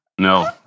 No